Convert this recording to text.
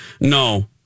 No